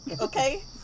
Okay